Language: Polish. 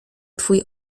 twój